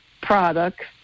products